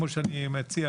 כמו שהצעתי,